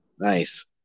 Nice